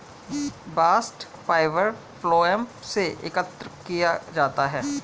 bast fibre phloem से एकत्र किया जाता है